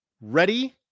ready